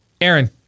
Aaron